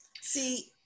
See